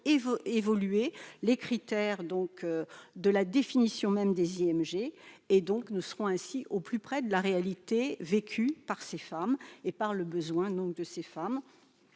évoluer les critères de définition même des IMG ; nous serions ainsi au plus près de la réalité vécue par ces femmes et de leurs besoins. Il est